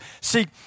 See